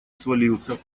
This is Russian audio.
свалился